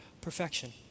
perfection